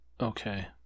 Okay